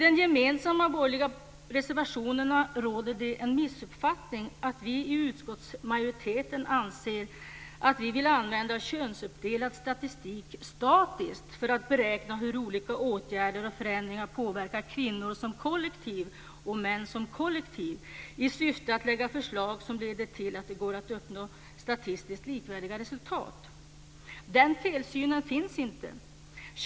I den gemensamma borgerliga reservationen råder missuppfattningen att vi i utskottsmajoriteten vill använda könsuppdelad statistik för att statistiskt beräkna hur olika åtgärder och förändringar påverkar kvinnor som kollektiv och män som kollektiv, i syfte att lägga fram förslag som leder till att man kan uppnå statistiskt likvärdiga resultat. Den felsynen finns inte.